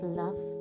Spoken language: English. love